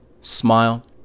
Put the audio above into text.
Smile